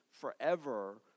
forever